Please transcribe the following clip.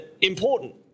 important